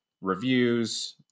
reviews –